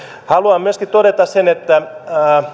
haluan myöskin todeta sen että